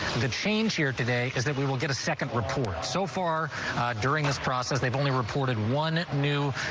the change here today is that we will get a second reports so far during this process they've only reported one new.